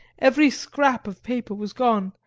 every scrap of paper was gone,